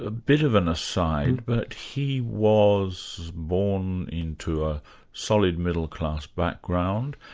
ah bit of an aside, but he was born into a solid middle-class background,